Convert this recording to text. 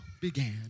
began